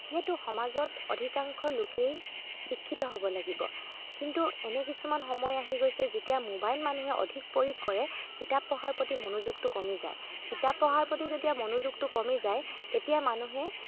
যিহেতু সমাজত অধিকাংশ লোকেই শিক্ষিত হ'ব লাগিব কিন্তু এনে কিছুমান সময় আহি গৈছে যেতিয়া মোবাইল মানুহে অধিক প্ৰয়োগ কৰে কিতাপ পঢ়াৰ প্ৰতি মনোযোগটো কমি যায় কিতাপ পঢ়াৰ প্ৰতি যেতিয়া মনোযোগটো কমি যায় তেতিয়া মানুহে